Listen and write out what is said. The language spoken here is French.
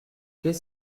qu’est